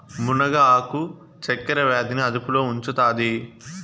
మునగ ఆకు చక్కర వ్యాధి ని అదుపులో ఉంచుతాది